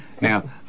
now